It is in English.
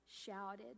shouted